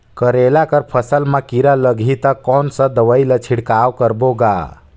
करेला कर फसल मा कीरा लगही ता कौन सा दवाई ला छिड़काव करबो गा?